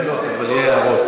לא שאלות, אבל יהיו הערות.